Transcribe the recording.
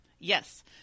Yes